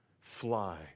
fly